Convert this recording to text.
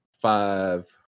five